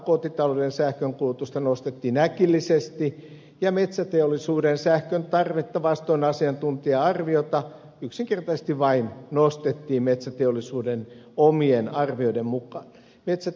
kotitalouden sähkönkulutusta nostettiin äkillisesti ja metsäteollisuuden sähköntarvetta vastoin asiantuntija arviota yksinkertaisesti vain nostettiin metsäteollisuuden omien arvioiden perusteella